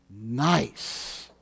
nice